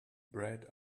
bread